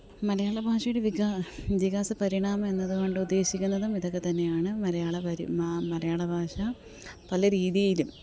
മലയാള ഭാഷയുടെ ഇതിഹാസ പരിണാമം എന്നത് കൊണ്ടുദ്ദേശിക്കുന്നതും ഇതൊക്കെത്തന്നെയാണ് മലയാള മലയാള ഭാഷ പല രീതിയിലും